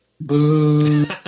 Boo